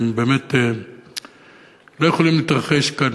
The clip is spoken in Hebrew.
הם לא יכולים להתרחש כאן,